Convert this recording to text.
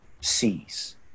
sees